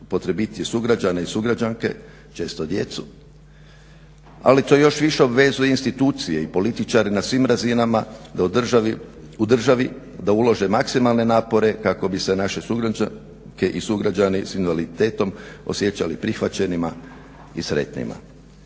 najpotrebitije sugrađane i sugrađanke često djecu. Ali to još više obvezuje institucije i političare na svim razinama da u državi da ulože maksimalne napore kako bi se naše sugrađanke i sugrađani s invaliditetom osjećali prihvaćenima i sretnima.